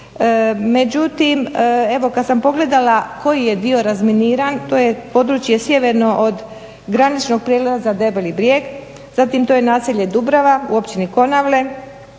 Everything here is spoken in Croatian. Međutim, evo kada sam pogledala koji je dio razminiran, to je područje sjeverno od graničnog prijelaza Debeli brijeg, zatim to je naselje Dubrava u Općini Konavle,